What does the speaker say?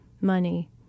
money